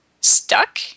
stuck